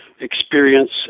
Experience